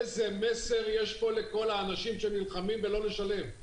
איזה מסר יש פה לכל האנשים שנלחמים לא לשלם?